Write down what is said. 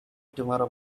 tomorrow